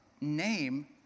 name